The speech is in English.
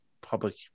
public